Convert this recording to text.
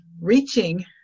reaching